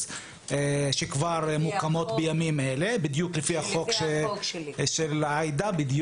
שכבר מוקמות בימים אלה בדיוק לפי החוק של עאידה.